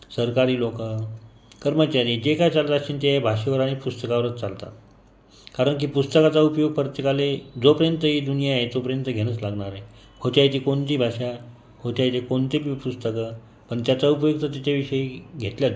सरकारी लोक कर्मचारी जे काही चालत असतील ते भाषेवर आणि पुस्तकावरच चालतात कारण की पुस्तकाचा उपयोग प्रत्येकाला जोपर्यंत ही दुनिया आहे तोपर्यंत घेणंच लागणार आहे खोट्याची कोणती भाषा खोट्याचे कोणते बी पुस्तकं पण त्याचा उपयोग तर त्याच्याविषयी घेतलाच जाईन